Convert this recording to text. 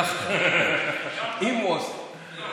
אם הוא עושה.